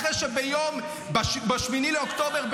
אחרי שבאוקטובר,